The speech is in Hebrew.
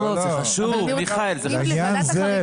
בעניין זה,